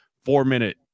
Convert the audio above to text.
four-minute